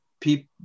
people